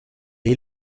est